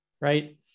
right